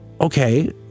okay